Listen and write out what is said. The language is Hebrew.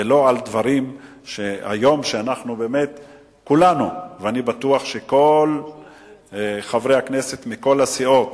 ולא על דברים שהיום אנחנו כולנו ואני בטוח שכל חברי הכנסת מכל הסיעות